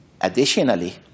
Additionally